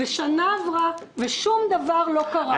ושנה עברה ושום דבר לא קרה.